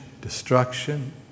destruction